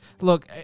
Look